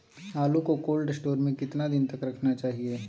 आलू को cold store में कितना दिन तक रखना चाहिए?